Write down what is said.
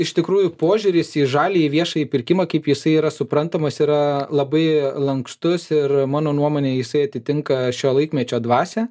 iš tikrųjų požiūris į žaliąjį viešąjį pirkimą kaip jisai yra suprantamas yra labai lankstus ir mano nuomone jisai atitinka šio laikmečio dvasią